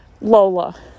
Lola